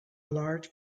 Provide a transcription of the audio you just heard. large